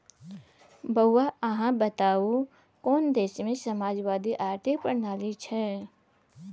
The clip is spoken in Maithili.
बौआ अहाँ बताउ कोन देशमे समाजवादी आर्थिक प्रणाली छै?